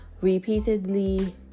repeatedly